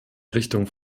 richtung